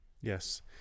yes